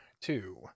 two